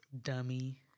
Dummy